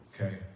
Okay